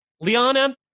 Liana